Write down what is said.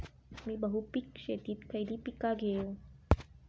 मी बहुपिक शेतीत खयली पीका घेव?